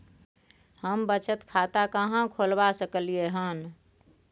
हम बचत खाता कहाॅं खोलवा सकलिये हन?